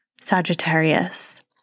Sagittarius